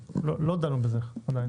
עוד לא דנו בזה עדיין.